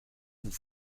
vous